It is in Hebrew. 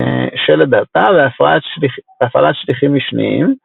בשלד התא והפעלת שליחים משניים,